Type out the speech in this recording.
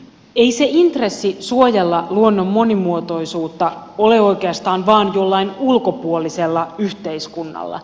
ei se intressi suojella luonnon monimuotoisuutta ole oikeastaan vain jollain ulkopuolisella yhteiskunnalla